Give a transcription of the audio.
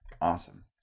Awesome